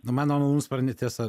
nu man malūnsparnį tiesa